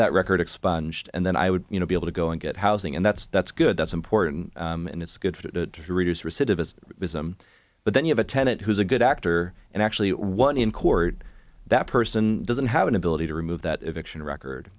that record expunged and then i would you know be able to go and get housing and that's that's good that's important and it's good to reduce recidivism but then you have a tenant who's a good actor and actually one in cord that person doesn't have an ability to remove that eviction record